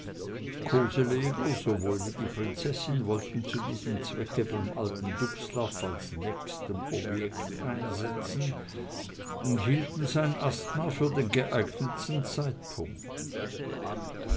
sowohl wie die prinzessin wollten zu diesem zwecke beim alten dubslav als nächstem objekt einsetzen und hielten sein asthma für den geeignetsten zeitpunkt